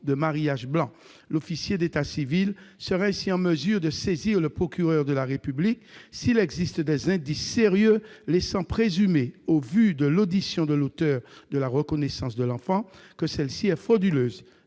de mariages blancs. L'officier de l'état civil serait ainsi en mesure de saisir le procureur de la République s'il existe des indices sérieux laissant présumer, au vu de l'audition de l'auteur de la reconnaissance de l'enfant, que celle-ci est frauduleuse.